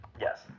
Yes